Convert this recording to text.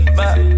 back